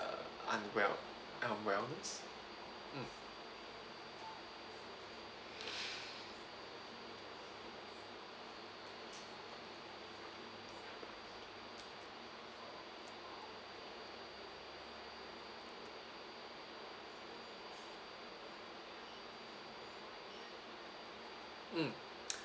uh unwell unwell-ness mm